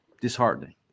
disheartening